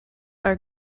are